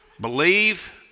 Believe